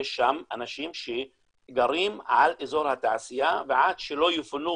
יש שם אנשים שגרים על אזור התעשייה ועד שלא יפונו